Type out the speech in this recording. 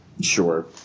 Sure